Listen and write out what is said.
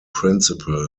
principal